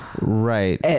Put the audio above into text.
Right